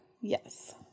Yes